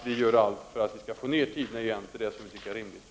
Vi gör allt för att få ned tiderna till vad som är rimligt.